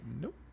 nope